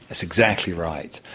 that's exactly right.